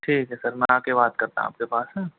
ठीक है सर मैं आके बात करता हूँ आपके पास